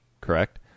correct